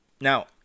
Now